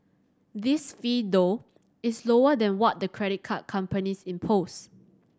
this fee though is lower than what the credit card companies impose